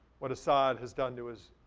what assad has done to his